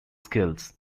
skills